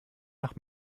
nach